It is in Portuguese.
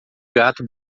gato